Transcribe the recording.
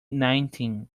nineteen